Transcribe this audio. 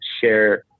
share